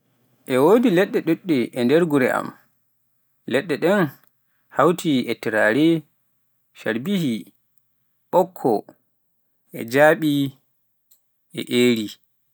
e wodi leɗɗe ɗuɗɗe e nder gure am, leɗɗe ɗen hawti e turare, carbihi, ɓokko, jaaɓe e eri.